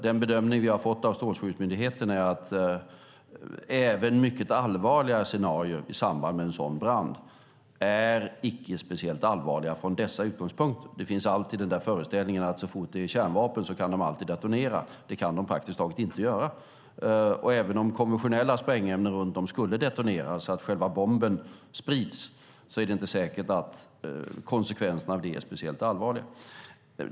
Den bedömning vi har fått från Strålskyddsmyndigheten är att även mycket allvarliga scenarier i samband med en sådan brand icke är speciellt allvarliga från dessa utgångspunkter. Föreställningen finns alltid så fort det är fråga om kärnvapen att de alltid kan detonera. Det kan de praktiskt taget inte göra. Även om konventionella sprängämnen runt om skulle detonera så att själva bomben sprids är det inte säkert att konsekvenserna av det är speciellt allvarliga.